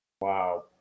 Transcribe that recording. Wow